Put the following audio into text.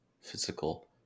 physical